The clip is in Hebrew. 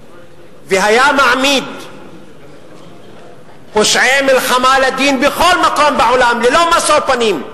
והיה מעמיד פושעי מלחמה לדין בכל מקום בעולם ללא משוא פנים,